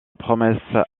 promesse